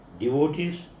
devotees